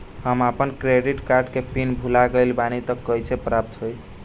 हम आपन credit card के पिन भुला गइल बानी त कइसे प्राप्त होई?